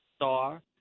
star